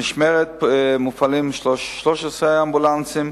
במשמרת מופעלים 13 אמבולנסים,